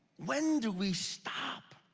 when do we stop?